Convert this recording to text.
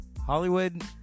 Hollywood